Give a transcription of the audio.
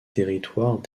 territoires